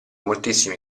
moltissimi